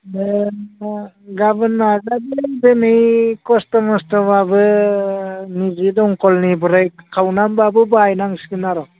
दे गाबोन नाजानोसै दिनै खस्थ' मस्थ'बाबो जों जि दमखलनिफ्राय खावनानैबाबो बाहायनांसिगोन आरो